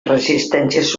resistències